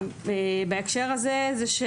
בהקשר הזה, הם